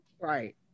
right